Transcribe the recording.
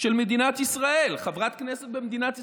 של מדינת ישראל, חברת כנסת במדינת ישראל.